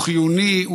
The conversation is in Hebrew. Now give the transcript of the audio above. הוא חיוני,